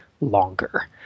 longer